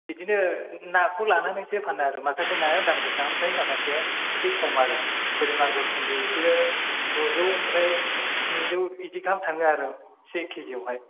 बिदिनो नाखौ लानानैसो फानो आरो माखासे नाया दामगोसा ओमफ्राय माखासेया इसे खम आरो जेरै मागुर सिंगिं बेसोरो द'जौ ओमफ्राय स्निजौ बिदि गाहाम थाङो आरो से किजियावहाय